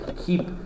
keep